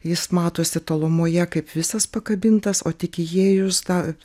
jis matosi tolumoje kaip visas pakabintas o tik įėjus tą